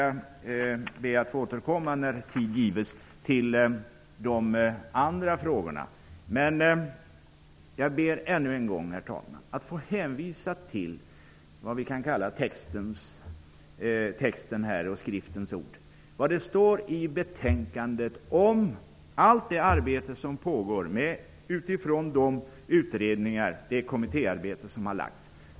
Jag ber att få återkomma till de andra frågorna när tid gives. Jag vill dock än en gång hänvisa till skriftens ord. Det talas i betänkandet om allt det arbete som pågår i utredningar och kommittéer.